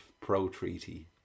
pro-treaty